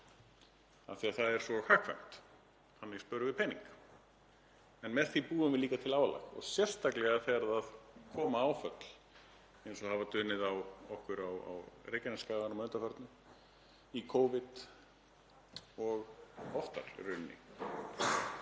því það er svo hagkvæmt, þannig spörum við pening, en með því búum við líka til álag, sérstaklega þegar það koma áföll eins og hafa dunið á okkur á Reykjanesskaganum að undanförnu, í Covid og oftar í rauninni.